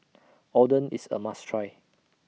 Oden IS A must Try